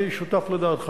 אני שותף לדעתך.